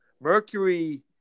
Mercury